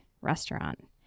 restaurant